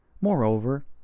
Moreover